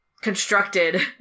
constructed